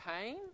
pain